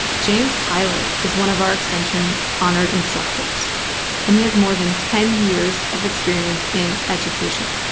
james iler is one of our extension honored instructors and he has more than ten years of experience in education,